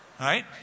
Right